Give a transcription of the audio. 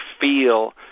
feel